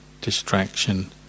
distraction